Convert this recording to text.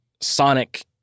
Sonic